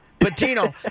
Patino